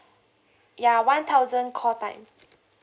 ya one thousand call time